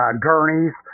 gurneys